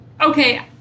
Okay